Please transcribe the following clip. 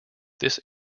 this